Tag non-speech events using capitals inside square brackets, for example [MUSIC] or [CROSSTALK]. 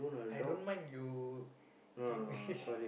I don't mind you give me [LAUGHS]